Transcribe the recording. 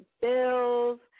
bills